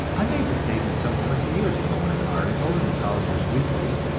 i made this statement some twenty years ago, in an article in collier's weekly.